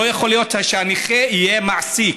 לא יכול להיות שהנכה יהיה מעסיק.